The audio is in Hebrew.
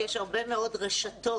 יש הרבה מאוד רשתות